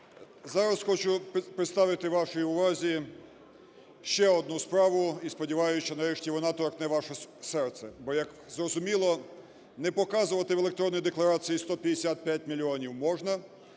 Зараз хочу представити вашій увазі ще одну справу. І сподіваюсь, що нарешті вона торкне ваше серце. Бо, як зрозуміло, не показувати в електронній декларації 155 мільйонів можна,